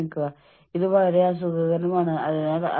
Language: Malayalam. കൂടാതെ അത് നിങ്ങൾക്ക് വളരെയധികം സംതൃപ്തി നൽകും